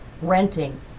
renting